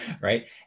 right